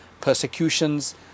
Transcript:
persecutions